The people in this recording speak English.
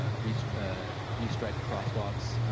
ah restretched ah restretched crosswalks.